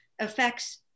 affects